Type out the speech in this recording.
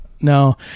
no